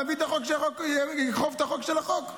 נביא את החוק שיאכוף את החוק של החוק.